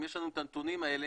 אם יש לנו את הנתונים האלה,